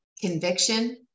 conviction